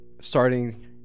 starting